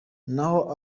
naho